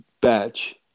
batch